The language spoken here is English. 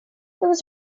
was